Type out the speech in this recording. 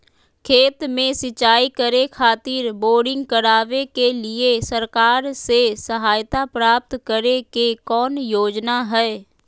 खेत में सिंचाई करे खातिर बोरिंग करावे के लिए सरकार से सहायता प्राप्त करें के कौन योजना हय?